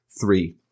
three